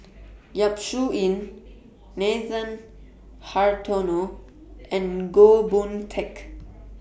Yap Su Yin Nathan Hartono and Goh Boon Teck